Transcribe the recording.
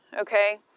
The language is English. okay